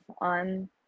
on